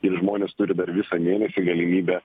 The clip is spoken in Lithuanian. ir žmonės turi dar visą mėnesį galimybę